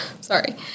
sorry